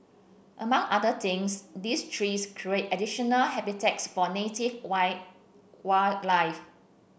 among other things these trees create additional habitats for native wild wildlife